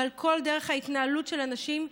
ועל כל דרך ההתנהלות של אנשים,